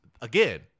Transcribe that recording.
again